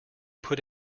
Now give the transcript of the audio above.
put